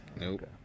Nope